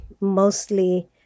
mostly